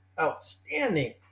outstanding